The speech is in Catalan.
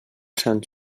sant